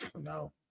no